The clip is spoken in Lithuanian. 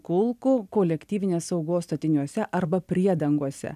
kulkų kolektyvinės saugos statiniuose arba priedangose